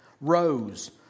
rose